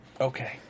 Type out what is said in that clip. okay